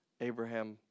Abraham